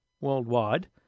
worldwide